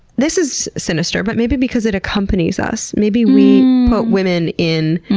this is sinister, but maybe because it accompanies us? maybe we put women in,